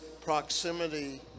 proximity